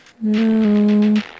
No